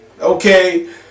Okay